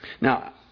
Now